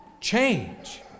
change